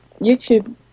YouTube